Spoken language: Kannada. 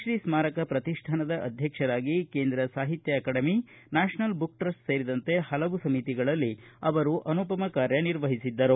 ಶ್ರೀ ಸ್ಕಾರಕ ಪ್ರತಿಷ್ಠಾನದ ಅಧ್ವಕ್ಷರಾಗಿ Kendra Sahitya Akademi National Book Trust ಸೇರಿದಂತೆ ಹಲವು ಸಮಿತಿಗಳಲ್ಲಿ ಅವರು ಅನುಪಮ ಕಾರ್ಯ ನಿರ್ವಹಿಸಿದ್ದರು